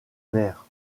mère